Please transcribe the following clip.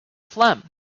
phlegm